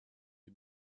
est